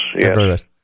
yes